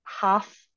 half